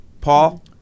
Paul